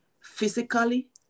physically